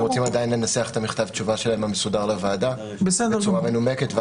הם רוצים לנסח את מכתב התשובה שלהם במסודר לוועדה בצורה מנומקת.